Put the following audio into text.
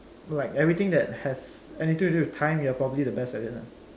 like everything that has anything to do with time you are probably the best at it lah